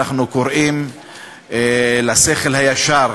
אנחנו קוראים לשכל הישר